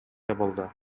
абалда